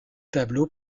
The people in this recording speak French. tableaux